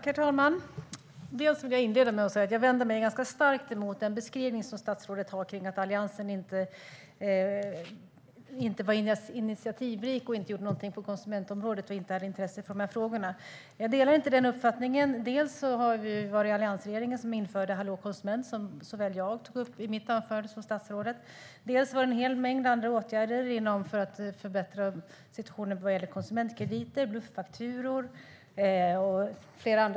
Herr talman! Jag vänder mig starkt emot statsrådets beskrivning av att alliansregeringen inte var initiativrik, inte gjorde något på konsumentområdet och inte hade intresse för frågorna. Jag delar inte den uppfattningen. Dels var det alliansregeringen som införde Hallå konsument - det tog såväl jag som statsrådet upp i våra anföranden - dels genomfördes en mängd andra åtgärder för att förbättra situationen vad gäller konsumentkrediter, bluffakturor och flera andra saker.